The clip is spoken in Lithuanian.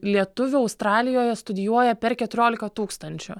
lietuvių australijoje studijuoja per keturiolika tūkstančių